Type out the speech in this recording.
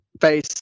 face